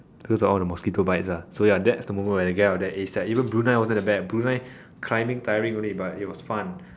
cause of all the mosquito bites ah so that the moment where I have to get out of there ASAP even Brunei wasn't that bad Brunei climbing tiring only but it was fun